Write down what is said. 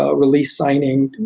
ah release signing,